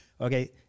okay